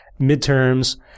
midterms